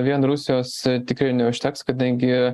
vien rusijos tikrai neužteks kadangi